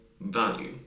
value